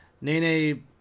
Nene